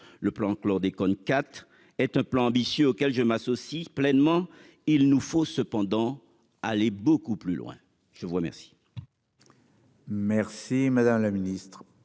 Le plan chlordécone quatre est un plan ambitieux auquel je m'associe pleinement. Il nous faut cependant aller beaucoup plus loin, je vous remercie. Merci madame la ministre.